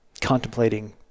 contemplating